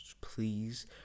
please